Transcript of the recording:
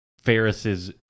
Ferris's